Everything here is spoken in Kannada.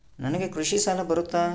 ನನಗೆ ಕೃಷಿ ಸಾಲ ಬರುತ್ತಾ?